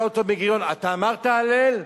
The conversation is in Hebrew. שאל אותו בן-גוריון: אתה אמרת "הלל",